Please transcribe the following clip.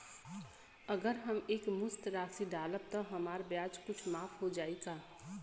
अगर हम एक मुस्त राशी डालब त हमार ब्याज कुछ माफ हो जायी का?